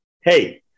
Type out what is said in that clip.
hey